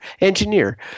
Engineer